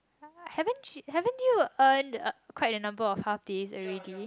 haven't ch~ haven't you earned uh quite a number of half day already